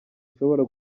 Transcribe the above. ishobora